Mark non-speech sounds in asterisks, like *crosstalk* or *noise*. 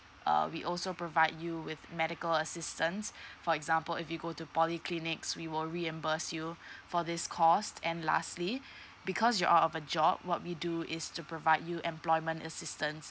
err we also provide you with medical assistance *breath* for example if you go to polyclinics we will reimburse you *breath* for this cost and lastly *breath* because you're out of a job what we do is to provide you employment assistance